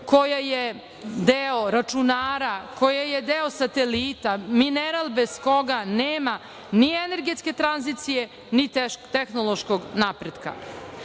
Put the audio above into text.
koja je deo računara, koja je deo satelita, mineral bez koga nema ni energetske tranzicije, ni tehnološkog napretka.